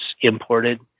imported